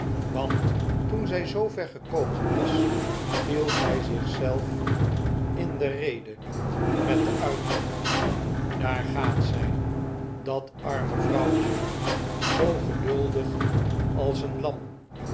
want toen zij zoover gekomen was viel zij zich zelf in de rede met den uitroep daar gaat zij dat arme vrouwtje zoo geduldig als een lam